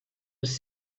els